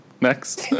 next